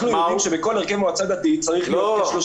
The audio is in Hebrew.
אנחנו יודעים שבכל הרכב מועצה דתית צריך להיות כ-30% נשים.